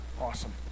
awesome